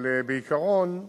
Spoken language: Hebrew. אבל, בעיקרון,